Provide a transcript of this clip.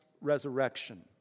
resurrection